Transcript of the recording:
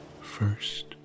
First